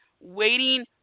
waiting